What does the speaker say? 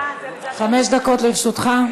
חמש דקות לרשותך.